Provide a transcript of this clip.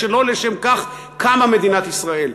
ושלא לשמם קמה מדינת ישראל.